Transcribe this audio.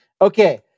okay